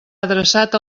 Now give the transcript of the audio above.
adreçat